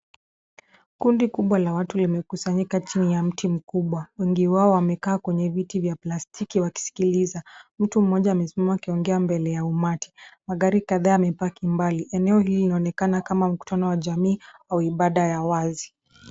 Kundi kubwa la watu limekusanyika chini ya mti mkubwa. Wengi wao wamekaa kwenye viti vya plastiki wakisikiliza. Mtu mmoja amesimama akiongea mbele ya umati. Magari kadhaa yamepaki mbali. Eneo hili linaonekana kama mkutano wa jamii, au ibada ya wazi.